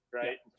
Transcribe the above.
right